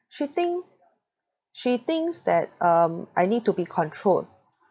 she think she thinks that um I need to be controlled